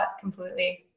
completely